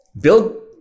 build